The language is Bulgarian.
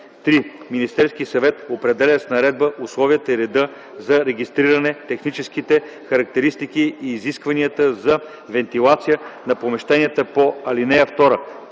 „(3) Министерският съвет определя с наредба условията и реда за регистриране, техническите характеристики и изискванията за вентилация на помещенията по ал. 2,